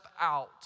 out